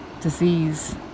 disease